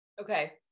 Okay